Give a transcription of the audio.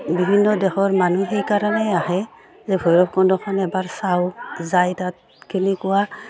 বিভিন্ন দেশৰ মানুহ সেইকাৰণেই আহে যে ভৈৰৱকুণ্ডখন এবাৰ চাওঁ যাই তাত কেনেকুৱা